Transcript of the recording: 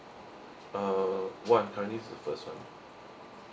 uh one currently this is the first one